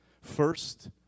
First